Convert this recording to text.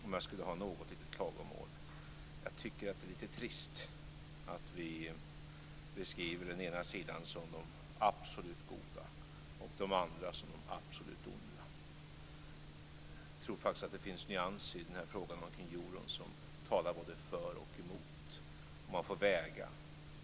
Om jag skulle komma med något litet klagomål kan jag säga att jag tycker att det är lite trist att vi beskriver de på den ena sidan som absolut goda och de andra som absolut onda. Jag tror faktiskt att det finns nyanser i den här frågan omkring euron som talar både för och emot, och man får väga dem.